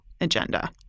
agenda